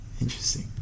Interesting